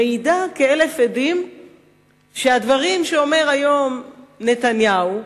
מעידה כאלף עדים שהדברים שאומר היום נתניהו,